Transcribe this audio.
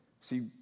See